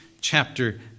chapter